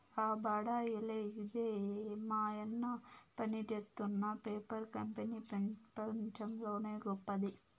ఆ బడాయిలే ఇదే మాయన్న పనిజేత్తున్న పేపర్ కంపెనీ పెపంచంలోనే గొప్పది